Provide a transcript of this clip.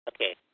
Okay